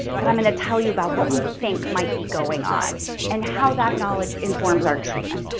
but i'm gonna tell you about what we think might be going on and how that knowledge informs our treatment.